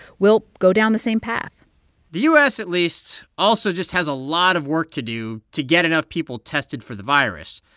will go down the same path the u s, at least, also just has a lot of work to do to get enough people tested for the virus.